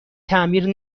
تعمیر